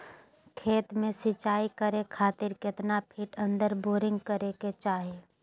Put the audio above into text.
खेत में सिंचाई करे खातिर कितना फिट अंदर बोरिंग करे के चाही?